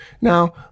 Now